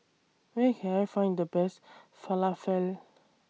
Where Can I Find The Best Falafel